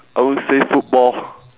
I would say football